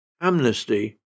Amnesty